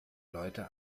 leute